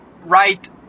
right